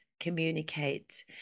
Communicate